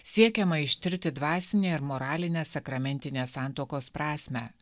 siekiama ištirti dvasinę ir moralinę sakramentinę santuokos prasmę